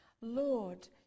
Lord